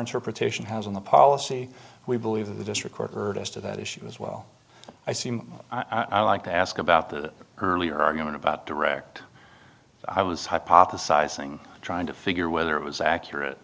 interpretation has on the policy we believe that the district court heard as to that issue as well i seem i like to ask about that earlier argument about direct i was hypothesizing trying to figure whether it was accurate